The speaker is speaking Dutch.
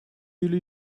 jullie